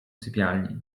sypialni